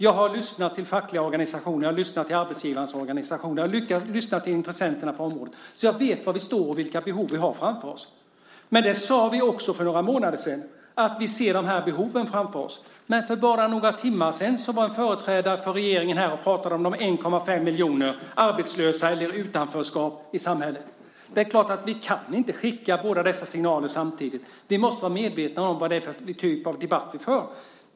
Jag har lyssnat till fackliga organisationer, till arbetsgivarorganisationer och till intressenterna på området, så jag vet var vi står och vilka behov vi har framför oss. Även för några månader sedan sade vi att vi ser de här behoven framför oss. Men för bara några timmar sedan var företrädare för regeringen här och pratade om de 1,5 miljoner som är arbetslösa eller i utanförskap i samhället. Vi kan inte skicka båda dessa signaler samtidigt. Vi måste vara medvetna om vad det är för typ av debatt vi för.